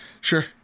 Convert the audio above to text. sure